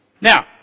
Now